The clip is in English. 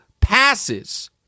passes